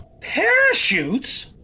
Parachutes